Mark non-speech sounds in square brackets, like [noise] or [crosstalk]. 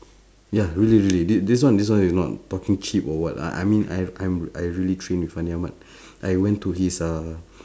ya really really this this one this one is not talking cheap or what ah I mean I'm I'm I really train with fandi-ahmad [breath] I went to his uh